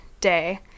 day